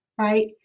right